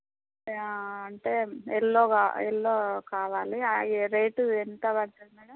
అంటే ఎల్లోగా ఎల్లో కావాలి అవి రేటు ఎంత పడుతుంది మేడం